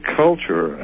culture